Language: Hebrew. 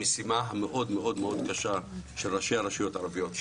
המשימה המאוד-מאוד קשה של ראשי הרשויות הערביות,